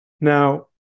Now